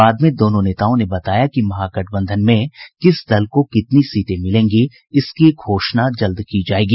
बाद में दोनों नेताओं ने बताया कि महागठबंधन में किस दल को कितनी सीटें मिलेगी इसकी घोषणा जल्द ही की जायेगी